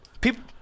people